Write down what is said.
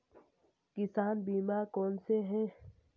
किसान बीमा कौनसे हैं?